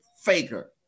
faker